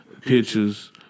Pictures